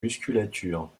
musculature